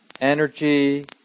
energy